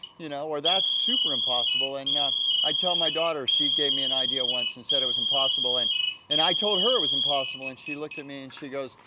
you know. or that's super impossible and i tell my daughter, she gave me an idea once and said it was impossible and and i told her it was impossible and she looked at me and she goes,